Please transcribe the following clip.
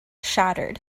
shattered